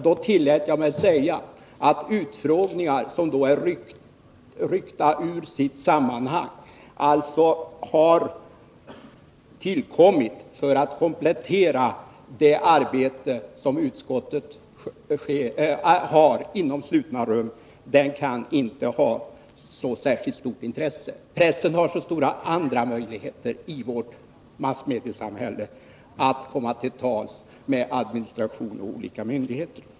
Då tillät jag mig att säga att utfrågningar som är ryckta ur sitt sammanhang och som har tillkommit för att komplettera det arbete som utskottet utför i slutna rum, inte kan ha särskilt stort intresse. Pressen har, i vårt öppna samhälle, så stora andra möjligheter att komma till tals med administration och olika myndigheter.